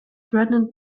threatened